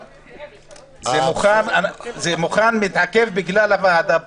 זה מוכן, זה מתעכב בגלל הוועדה הזאת.